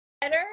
better